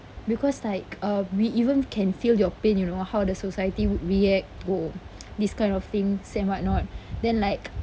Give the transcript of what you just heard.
because like uh we even can feel your pain you know how the society would react to this kind of thing say whatnot then like